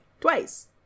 Twice